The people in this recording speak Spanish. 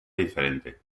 diferente